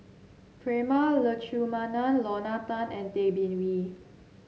Prema Letchumanan Lorna Tan and Tay Bin Wee